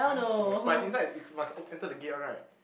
ah serious but is inside is must o~ enter the gate one right